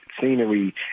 scenery